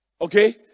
Okay